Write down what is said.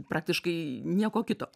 praktiškai nieko kito